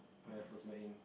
when I first met him